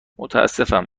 متاسفم